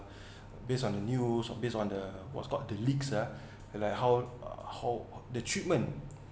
based on the news or based on the what's called the leaks ah like how uh how the treatment